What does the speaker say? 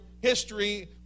history